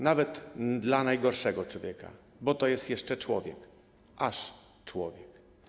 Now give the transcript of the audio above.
Nawet dla najgorszego człowieka, bo to jest jeszcze człowiek, aż... człowiek”